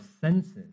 senses